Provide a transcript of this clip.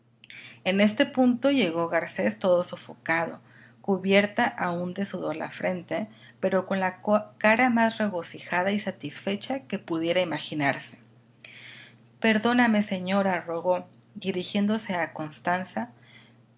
en este punto llegó garcés todo sofocado cubierta aún de sudor la frente pero con la cara más regocijada y satisfecha que pudiera imaginarse perdóname señora rogó dirigiéndose a constanza